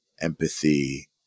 empathy